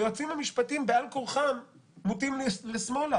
לכן, היועצים המשפטיים בעל כורחם נוטים לשמאלה.